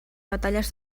batalles